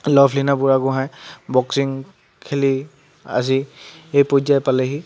Lovlina Borgohain boxing খেলি আজি এই পৰ্যায় পালেহি